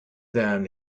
than